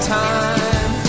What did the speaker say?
time